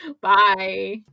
Bye